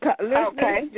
Okay